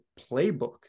playbook